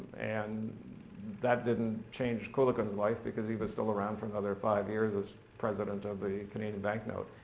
and that didn't change coolican's life because he was still around for another five years as president of the canadian bank note.